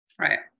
Right